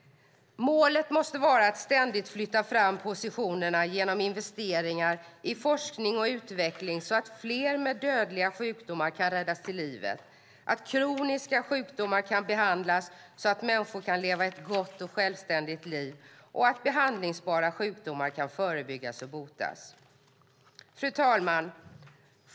Målet måste vara att ständigt flytta fram positionerna genom investeringar i forskning och utveckling så att fler med dödliga sjukdomar kan räddas till livet, att kroniska sjukdomar kan behandlas så att människor kan leva ett gott och självständigt liv och att behandlingsbara sjukdomar kan förebyggas och botas. Fru talman!